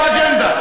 יש לו אג'נדה,